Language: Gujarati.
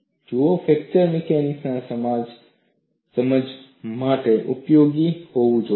જુઓ ફ્રેક્ચર મિકેનિક્સ સમાજ માટે ઉપયોગી હોવું જોઈએ